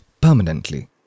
permanently